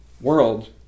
world